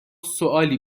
سوالی